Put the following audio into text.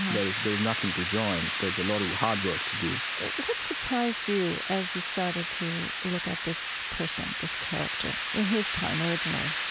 there is there is nothing to join. there's a lot of hard work to do what surprised you as you started to look at this person, this character, in his time, originally?